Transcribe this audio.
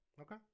Okay